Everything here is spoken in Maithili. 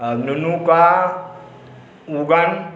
अ नुनुका उगन